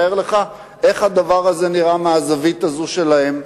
איך הדבר הזה נראה מהזווית הזו שלהם,